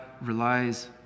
relies